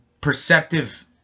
perceptive